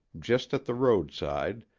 just at the roadside,